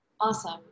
Awesome